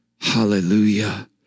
Hallelujah